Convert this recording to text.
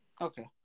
Okay